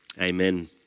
Amen